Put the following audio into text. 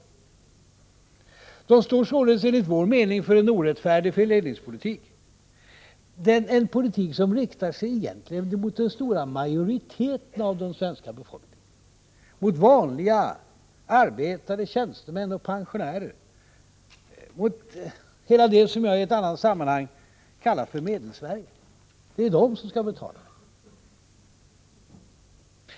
Moderaterna står således enligt vår mening för en orättfärdig fördelningspolitik. Deras politik riktar sig egentligen mot den stora majoriteten av den svenska befolkningen — mot vanliga arbetare, tjänstemän och pensionärer, mot allt det som jag i annat sammanhang kallat för Medelsverige. Det är de som skall betala.